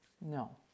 No